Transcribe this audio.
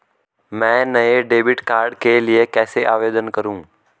मैं नए debit card के लिए कैसे आवेदन करूं?